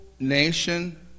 Nation